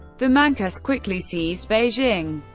the manchus quickly seized beijing,